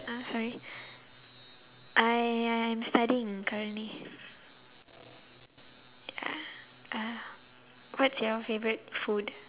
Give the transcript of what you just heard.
uh sorry I am studying currently uh what's your favorite food